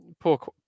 poor